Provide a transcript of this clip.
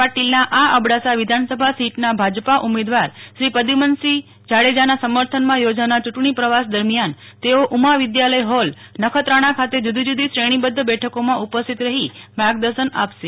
પાટીલના આ અબડાસા વિધાનસભા સીટના ભાજપા ઉમેદવાર શ્રી પ્રદ્યુમન સિંહ જાડેજાના સમર્થનમાં યોજાનાર ચૂંટણી પ્રવાસ દરમ્યાન તેઓ ઉમાં વિદ્યાલય હોલ નખત્રાણા ખાતે જુદી જુદી શ્રેણીબદ્ધ બેઠકોમાં ઉપસ્થિત રહી માર્ગદર્શન આપશે